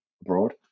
abroad